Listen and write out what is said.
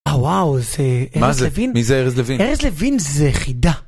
אה וואו זה ארז לווין? מי זה ארז לווין? ארז לווין זה חידה